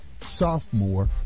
Sophomore